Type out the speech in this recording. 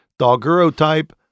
doguro-type